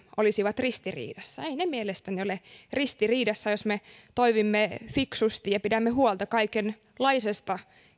olisivat ristiriidassa eivät ne mielestäni ole ristiriidassa jos me toimimme fiksusti ja pidämme huolta kaikenlaisesta